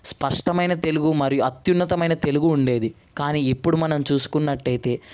స్పష్టమయిన తెలుగు మరియు అత్యున్నతమయి న తెలుగు ఉండేది కానీ ఇప్పుడు మనం చూసుకున్నట్టయితే